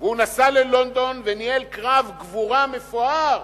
והוא נסע ללונדון וניהל קרב גבורה מפואר